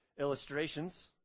illustrations